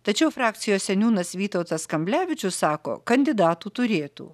tačiau frakcijos seniūnas vytautas kamblevičius sako kandidatų turėtų